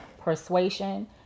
persuasion